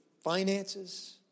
finances